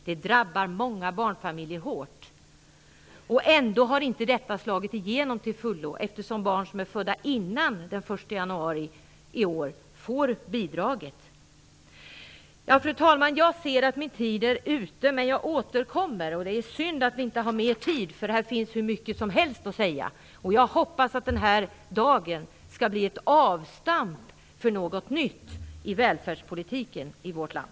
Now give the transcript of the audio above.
Det drabbar många barnfamiljer hårt, och ändå har inte detta slagit igenom till fullo eftersom barn som är födda innan den 1 januari i år får bidraget. Fru talman! Jag ser att min tid är ute, men jag återkommer. Det är synd att vi inte har mer tid, eftersom det finns hur mycket som helst att säga här. Jag hoppas att den här dagen skall bli ett avstamp för något nytt i välfärdspolitiken i vårt land.